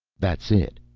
that's it.